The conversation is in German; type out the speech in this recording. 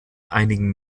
einigen